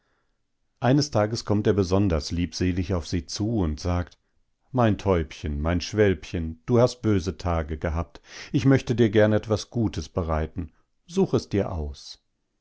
eines tages kommt er besonders liebselig auf sie zu und sagt mein täubchen mein schwälbchen du hast böse tage gehabt ich möchte dir gern etwas gutes bereiten such es dir aus